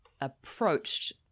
approached –